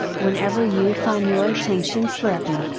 whenever you find your attention slipping.